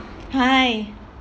hi